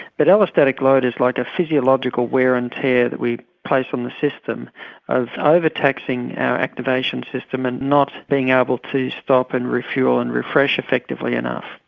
but allostatic load is like a physiological wear and tear that we place on the system of overtaxing our activation system and not being able to stop and refuel and refresh effectively enough.